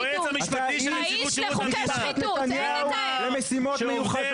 אתה האיש משפחת נתניהו למשימות מיוחדות.